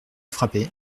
frappé